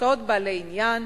עסקאות בעלי עניין,